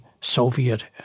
Soviet